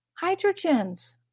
Hydrogens